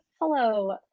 Hello